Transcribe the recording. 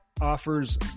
offers